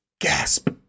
Gasp